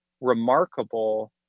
remarkable